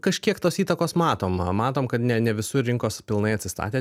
kažkiek tos įtakos matoma matom kad ne ne visur rinkos pilnai atsistatė